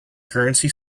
currency